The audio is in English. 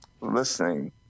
listening